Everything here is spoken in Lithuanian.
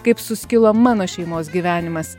kaip suskilo mano šeimos gyvenimas